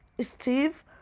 Steve